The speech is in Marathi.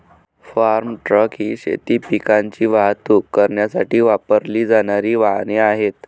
फार्म ट्रक ही शेती पिकांची वाहतूक करण्यासाठी वापरली जाणारी वाहने आहेत